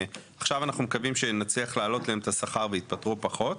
עכשיו אנחנו מקווים שנצליח להעלות להם את השכר ויתפטרו פחות,